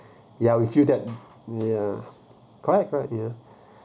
ya we feel that ya correct correct ya